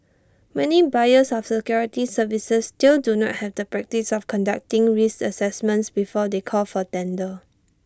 many buyers of security services still do not have the practice of conducting risk assessments before they call for tender